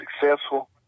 successful